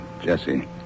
Jesse